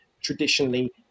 Traditionally